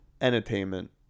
entertainment